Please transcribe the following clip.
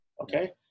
Okay